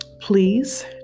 please